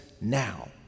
now